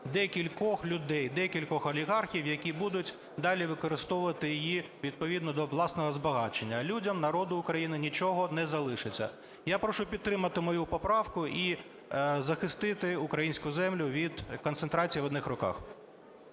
декількох людей – декількох олігархів, які будуть далі використовувати її відповідно до власного збагачення, а людям, народу України нічого не залишиться. Я прошу підтримати мою поправку і захистити українську землю від концентрації в одних руках.